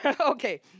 Okay